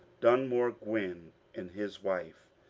dunmore gwinn and his wife.